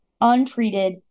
untreated